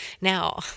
Now